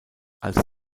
als